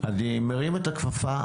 מרים את הכפפה.